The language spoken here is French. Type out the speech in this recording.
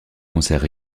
concerts